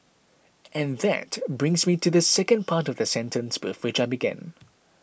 and that brings me to the second part of the sentence with which I began